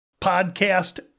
podcast